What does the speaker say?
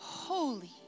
Holy